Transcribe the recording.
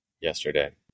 yesterday